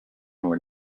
were